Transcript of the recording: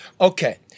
Okay